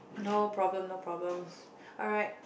no problem no problem alright